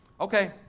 Okay